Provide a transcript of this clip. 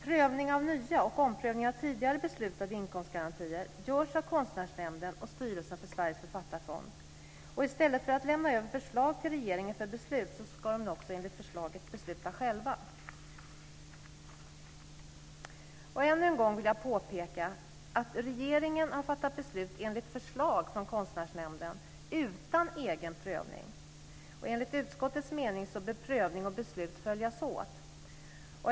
Prövning av nya och omprövning av tidigare beslutade inkomstgarantier görs av Konstnärsnämnden och styrelsen för Sveriges författarfond. I stället för att lämna över förslag till regeringen för beslut ska de enligt förslaget besluta själva. Än en gång vill jag påpeka att regeringen har fattat beslut enligt förslag från Konstnärsnämnden utan egen prövning. Enligt utskottets mening bör prövning och beslut följas åt.